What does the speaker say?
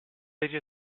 pesi